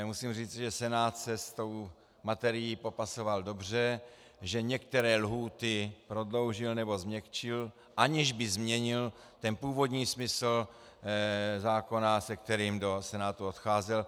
Musím říci, že Senát se s tou materií popasoval dobře, že některé lhůty prodloužil nebo změkčil, aniž by změnil původní smysl zákona, se kterým do Senátu odcházel.